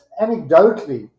anecdotally